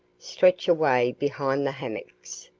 stretch away behind the hummocks.